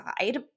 side